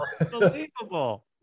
Unbelievable